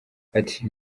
ati